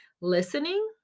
listening